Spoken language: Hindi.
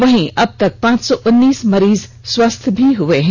वहीं अब तक पांच सौ उन्नीस मरीज स्वस्थ हो चुके हैं